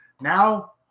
Now